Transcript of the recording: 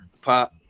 Pop